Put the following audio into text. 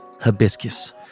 hibiscus